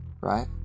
Right